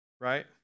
right